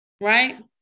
right